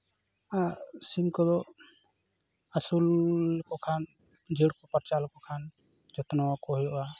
ᱥᱤᱢ ᱠᱚᱫᱚ ᱟᱥᱩᱞ ᱞᱮᱠᱚ ᱠᱷᱟᱱ ᱡᱟᱹᱲ ᱠᱚ ᱯᱟᱨᱪᱟᱣ ᱦᱚᱪᱚᱞᱮᱠᱷᱟᱱ ᱡᱚᱛᱱᱚᱣᱟᱠᱚ ᱦᱩᱭᱩᱜᱼᱟ